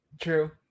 True